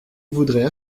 voudrais